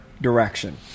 direction